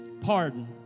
pardon